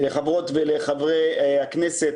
לחברות ולחברי הכנסת,